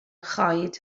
choed